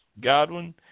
Godwin